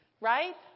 Right